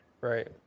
Right